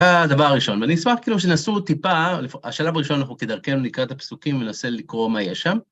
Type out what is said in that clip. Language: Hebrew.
הדבר הראשון, ואני אשמח כאילו שתנסו טיפה, השלב הראשון אנחנו כדרכנו נקרא את הפסוקים וננסה לקרוא מה יש שם.